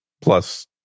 plus